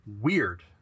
weird